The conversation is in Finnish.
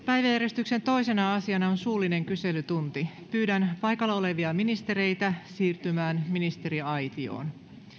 päiväjärjestyksen toisena asiana on suullinen kyselytunti pyydän paikalla olevia ministereitä siirtymään ministeriaitioon